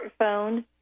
smartphone